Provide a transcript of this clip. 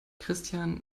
christian